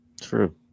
True